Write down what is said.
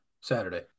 Saturday